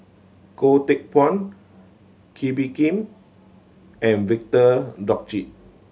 Goh Teck Phuan Kee Bee Khim and Victor Doggett